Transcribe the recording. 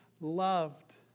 loved